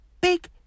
big